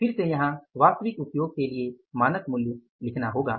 फिर से यहाँ वास्तविक उपयोग के लिए मानक मूल्य लिखना होगा